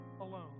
alone